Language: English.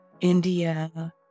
India